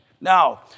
Now